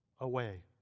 away